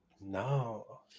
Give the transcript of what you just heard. No